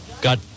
got